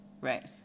Right